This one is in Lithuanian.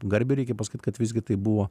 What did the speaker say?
garbei reikia pasakyt kad visgi tai buvo